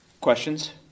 Questions